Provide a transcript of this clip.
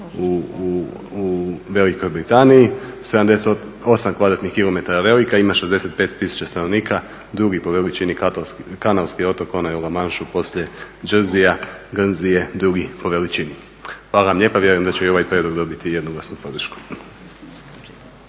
u Velikoj Britaniji. 78 kvadratnih kilometara velika, ima 65 000 stanovnika, drugi po veličini Kanalski otok, onaj u La Manche poslije Guernseya drugi po veličini. Hvala vam lijepa. Vjerujem da će i ovaj prijedlog dobiti jednoglasnu podršku.